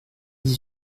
dix